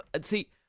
See